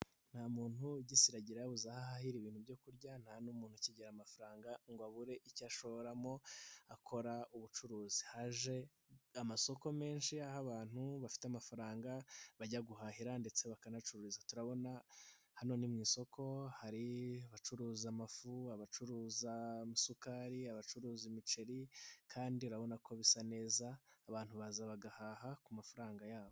Nta muntu ugisiragira yabuze aho ahahira ibintu byo kurya. Nta n'umuntu ukigira amafaranga ngo abure icyo ashoramo akora ubucuruzi. Haje amasoko menshi aho abantu bafite amafaranga bajya guhahira ndetse bakanacuruza. Turabona hano ni mu isoko hari abacuruza amafu, abacuruza amasukari, abacuruza imiceri kandi urabona ko bisa neza abantu baza bagahaha ku mafaranga yabo.